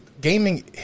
Gaming